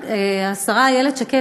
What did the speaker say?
השרה איילת שקד,